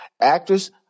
actress